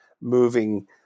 moving